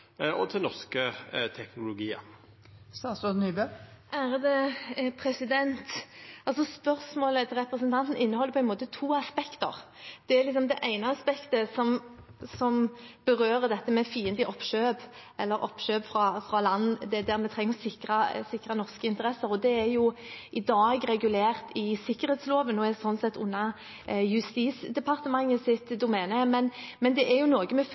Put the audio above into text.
og i norske teknologiar? Spørsmålet til representanten inneholder på en måte to aspekter. Det ene aspektet berører dette med fiendtlige oppkjøp eller oppkjøp fra land der vi trenger å sikre norske interesser. Det er i dag regulert i sikkerhetsloven og er slik sett under Justisdepartementets domene. Men det har jo noe å gjøre med